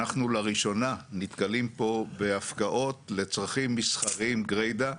אנחנו לראשונה נתקלים פה בהפקעות לצרכים מסחריים גרידא,